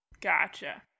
Gotcha